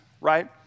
right